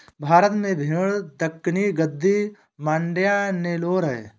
भारत में भेड़ दक्कनी, गद्दी, मांड्या, नेलोर है